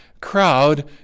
crowd